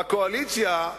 בקואליציה,